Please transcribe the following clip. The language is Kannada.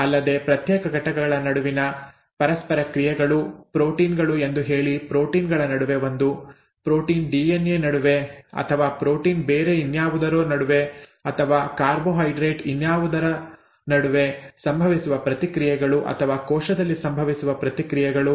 ಅಲ್ಲದೆ ಪ್ರತ್ಯೇಕ ಘಟಕಗಳ ನಡುವಿನ ಪರಸ್ಪರ ಕ್ರಿಯೆಗಳು ಪ್ರೋಟೀನ್ ಗಳು ಎಂದು ಹೇಳಿ ಪ್ರೋಟೀನ್ ಗಳ ನಡುವೆ ಒಂದು ಪ್ರೋಟೀನ್ ಡಿಎನ್ಎ ನಡುವೆ ಅಥವಾ ಪ್ರೋಟೀನ್ ಬೇರೆ ಇನ್ಯಾವುದರೋ ನಡುವೆ ಅಥವಾ ಕಾರ್ಬೋಹೈಡ್ರೇಟ್ ಇನ್ಯಾವುದರೋ ನಡುವೆ ಸಂಭವಿಸುವ ಪ್ರತಿಕ್ರಿಯೆಗಳು ಅಥವಾ ಕೋಶದಲ್ಲಿ ಸಂಭವಿಸುವ ಪ್ರತಿಕ್ರಿಯೆಗಳು